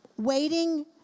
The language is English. Waiting